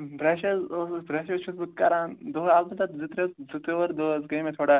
brush حظ اوسُس brush حظ چھُس بہٕ کَران دۄہاے البتہ زٕ ترٛےٚ زٕ ژور دۄہ حظ گٔیے مےٚ تھوڑا